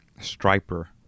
Striper